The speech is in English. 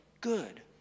good